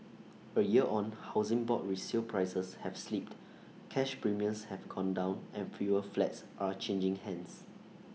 A year on Housing Board resale prices have slipped cash premiums have gone down and fewer flats are changing hands